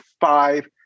five